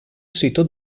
sito